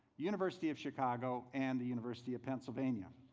university of chicago and the university of pennsylvania.